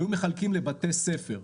היו מחלקים לבתי ספר,